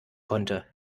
konnte